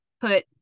put